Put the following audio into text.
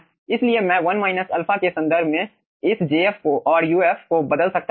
इसलिए मैं 1 α के संदर्भ में इस jf और uf को बदल सकता हूं